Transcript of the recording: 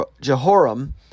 Jehoram